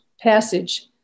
passage